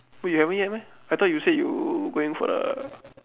wait you haven't yet meh I thought you said you going for the